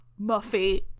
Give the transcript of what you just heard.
Muffy